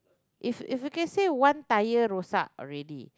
if if you can say one tire rosak already